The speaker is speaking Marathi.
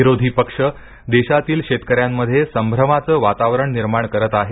विरोधी पक्ष देशातील शेतकऱ्यांमध्ये संभ्रमाचं वातावरण निर्माण करत आहेत